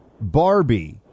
Barbie